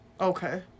okay